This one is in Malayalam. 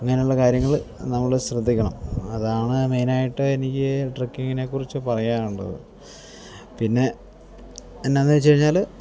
അങ്ങനെയുള്ള കാര്യങ്ങൾ നമ്മൾ ശ്രദ്ധിക്കണം അതാണ് മെയിനായിട്ട് എനിക്ക് ട്രക്കിങ്ങിനെക്കുറിച്ച് പറയാനുള്ളത് പിന്നെ എന്നാന്ന് വെച്ചു കഴിഞ്ഞാൽ